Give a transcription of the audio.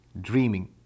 dreaming